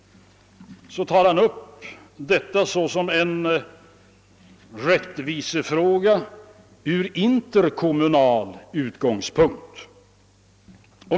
Han betraktar detta såsom en rättvisefråga från interkommunal utgångspunkt.